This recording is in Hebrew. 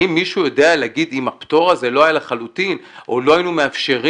האם מישהו יודע להגיד אם הפטור הזה לא היה לחלוטין או לא היינו מאפשרים